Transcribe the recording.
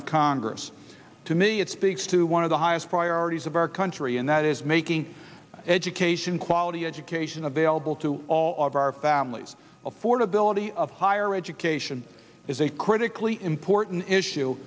of congress to me it speaks to one of the highest priorities of our country and that is making education quality education available to all of our families affordability of higher education is a critically important issue